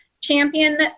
champion